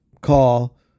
call